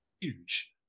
huge